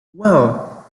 well